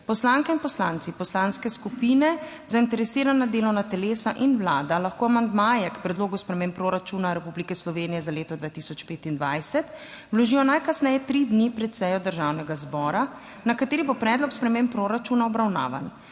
Poslanke in poslanci, poslanske skupine, zainteresirana delovna telesa in Vlada lahko amandmaje k Predlogu sprememb proračuna Republike Slovenije za leto 2025 vložijo najkasneje tri dni pred sejo Državnega zbora, na kateri bo predlog sprememb proračuna obravnavan.